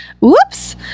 Whoops